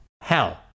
hell